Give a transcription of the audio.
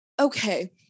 Okay